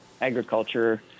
agriculture